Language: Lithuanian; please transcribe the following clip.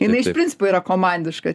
jinai iš principo yra komandiška